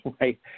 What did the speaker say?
right